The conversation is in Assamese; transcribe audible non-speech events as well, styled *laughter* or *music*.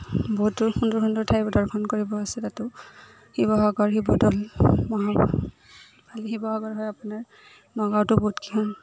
বহুতো সুন্দৰ সুন্দৰ ঠাই দৰ্শন কৰিব আছে তাতো শিৱসাগৰ শিৱদ'ল *unintelligible* শিৱসাগৰ হয় আপোনাৰ নগাঁৱত বহুত কেইখন